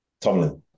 Tomlin